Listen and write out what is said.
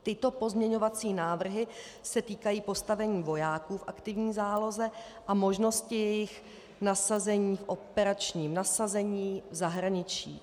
Tyto pozměňovací návrhy se týkají postavení vojáků v aktivní záloze a možnosti jejich nasazení v operačním nasazení v zahraničí.